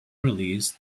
release